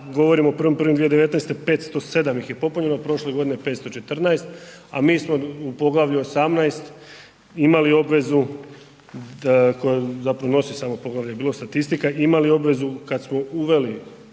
govorimo o 1.1.2019. 507 ih je popunjeno, prošle godine 514, a mi smo u Poglavlju 18. imali obvezu koje zapravo nosi samo poglavlje bilo statistika imali obvezu kad smo uveli